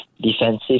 defensive